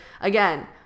again